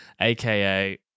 aka